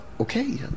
okay